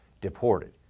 deported